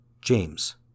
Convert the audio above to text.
James